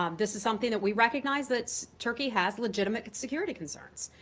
um this is something that we recognize that turkey has legitimate security concerns.